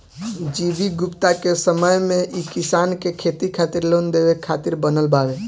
G V Gupta के समय मे ई किसान के खेती खातिर लोन देवे खातिर बनल बावे